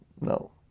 no